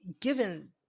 given